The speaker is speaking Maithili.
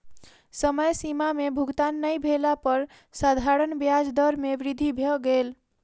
समय सीमा में भुगतान नै भेला पर साधारण ब्याज दर में वृद्धि भ गेल